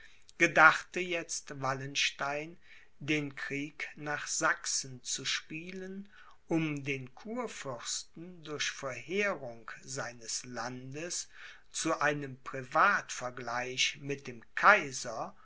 gedachte jetzt wallenstein den krieg nach sachsen zu spielen um den kurfürsten durch verheerung seines landes zu einem privatvergleich mit dem kaiser